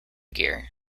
gear